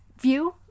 view